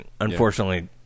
Unfortunately